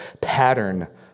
pattern